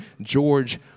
George